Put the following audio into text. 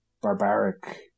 barbaric